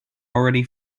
already